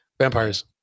vampires